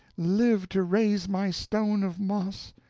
live to raise my stone of moss!